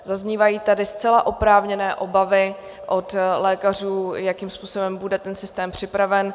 Zaznívají tady zcela oprávněné obavy od lékařů, jakým způsobem bude ten systém připraven.